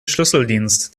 schlüsseldienst